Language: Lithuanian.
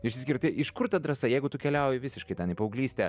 išsiskirti iš kur ta drąsa jeigu tu keliauji visiškai ten į paauglystę